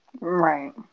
Right